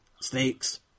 snakes